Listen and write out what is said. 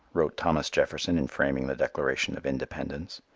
wrote thomas jefferson in framing the declaration of independence,